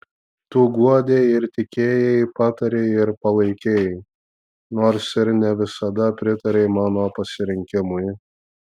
tu guodei ir tikėjai patarei ir palaikei nors ir ne visada pritarei mano pasirinkimui